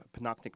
Panoptic